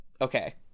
okay